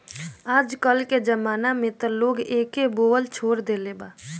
आजके जमाना में त लोग एके बोअ लेछोड़ देले बा